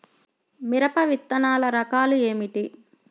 మిరప విత్తనాల రకాలు ఏమిటి?